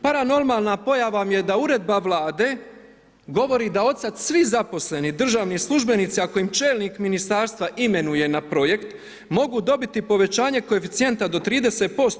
Paranormalna pojava vam je da uredba Vlade govori da od sada svi zaposleni državni službenici ako ih čelnik ministarstva imenuje na projekt mogu dobiti povećanje koeficijenta do 30%